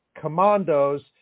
commandos